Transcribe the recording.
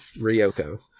ryoko